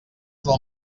del